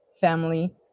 family